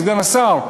סגן השר,